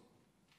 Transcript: להצבעה.